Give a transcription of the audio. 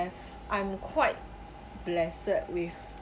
have I'm quite blessed with